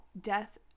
death